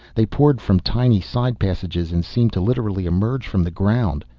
they poured from tiny side passages and seemed to literally emerge from the ground.